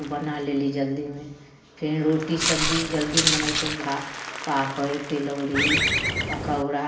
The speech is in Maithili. ओ बना लेली जल्दीमे फेर रोटी सब्जी जल्दीमे बना ऊ कऽ भात पापड़ तिलौरी पकौड़ा